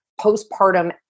postpartum